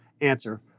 answer